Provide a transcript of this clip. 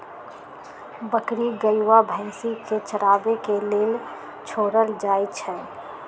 बकरी गाइ आ भइसी के चराबे के लेल छोड़ल जाइ छइ